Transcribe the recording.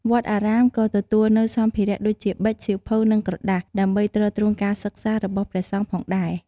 វត្តអារាមក៏ទទួលនូវសម្ភារៈដូចជាប៊ិច សៀវភៅ និងក្រដាស ដើម្បីទ្រទ្រង់ការសិក្សារបស់ព្រះសង្ឃផងដែរ។